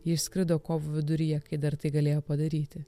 ji išskrido kovo viduryje kai dar tai galėjo padaryti